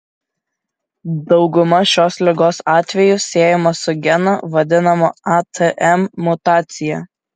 dauguma šios ligos atvejų siejama su geno vadinamo atm mutacija